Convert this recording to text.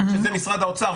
שזה משרד האוצר,